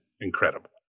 incredible